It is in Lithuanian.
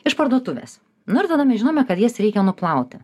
iš parduotuvės nu ir tada mes žinome kad jas reikia nuplauti